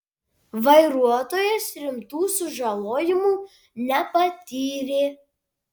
vairuotojas rimtų sužalojimų nepatyrė